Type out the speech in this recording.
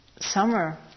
summer